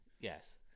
Yes